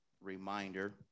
reminder